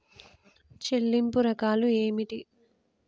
చెల్లింపు రకాలు ఏమిటి?